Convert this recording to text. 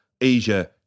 Asia